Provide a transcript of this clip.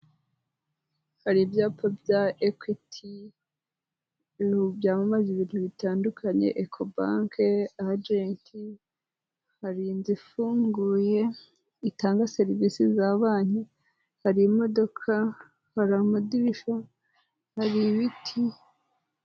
Hari ibyapa bya Equity ibi byapa byamamaza ibintu bitandukanye EcoBank Agent hari inzu ifunguye itanga serivisi za banki hari imodoka hari amadirishya hari ibiti(..)